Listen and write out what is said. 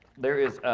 there is